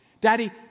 Daddy